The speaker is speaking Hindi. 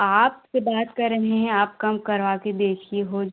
आप से बात कर रहे हैं आप कम करवा कर देखिए हो